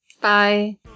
Bye